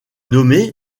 nommé